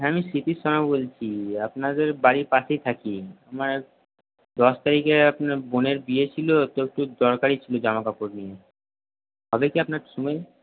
হ্যাঁ আমি শিশির সাহা বলছি আপনাদের বাড়ির পাশেই থাকি আমার দশ তারিখে আপনার বোনের বিয়ে ছিল তো একটু দরকারী ছিল জামাকাপড়গুলো হবে কি আপনার সময়